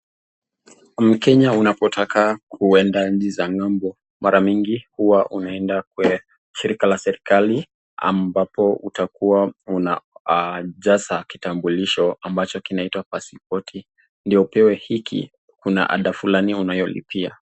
Mkenya unapotaka kuenda nchi za ngambo mara mingi Huwa umeenda sherika la serikali ambapo utakuwa unajaza kitambulisho ambacho kinaitwa pasipoti ndio upewe hiki kuna ada fulani unayolipia.